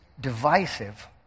divisive